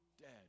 dead